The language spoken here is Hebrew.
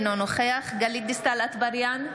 אינו נוכח גלית דיסטל אטבריאן,